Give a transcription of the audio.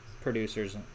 producers